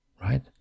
Right